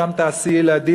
שם תעשי ילדים,